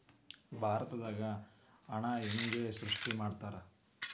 ಭಾರತದಾಗ ಹಣನ ಹೆಂಗ ಸೃಷ್ಟಿ ಮಾಡ್ತಾರಾ